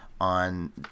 on